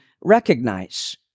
recognize